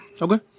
Okay